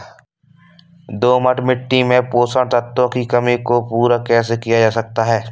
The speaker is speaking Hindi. दोमट मिट्टी में पोषक तत्वों की कमी को पूरा कैसे किया जा सकता है?